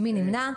מי נמנע?